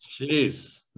Jeez